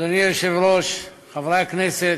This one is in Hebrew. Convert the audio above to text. אדוני היושב-ראש, חברי הכנסת,